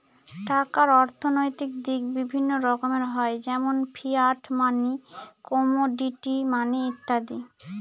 টাকার অর্থনৈতিক দিক বিভিন্ন রকমের হয় যেমন ফিয়াট মানি, কমোডিটি মানি ইত্যাদি